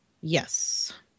Yes